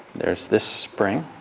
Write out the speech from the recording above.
there's this spring